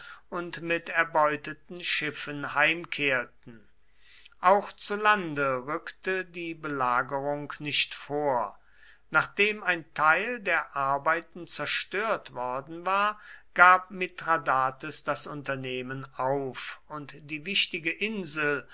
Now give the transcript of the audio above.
und mit erbeuteten schiffen heimkehrten auch zu lande rückte die belagerung nicht vor nachdem ein teil der arbeiten zerstört worden war gab mithradates das unternehmen auf und die wichtige insel